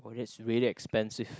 oh that's really expensive